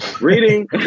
Reading